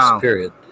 period